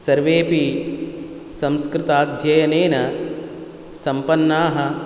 सर्वेऽपि संस्कृताध्ययनेन सम्पन्नाः